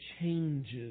changes